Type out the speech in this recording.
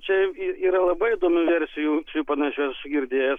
čia yra labai įdomių versijų šiaip panšių esu girdėjęs